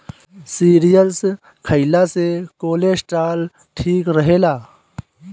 cereals खइला से cholesterol ठीक रहेला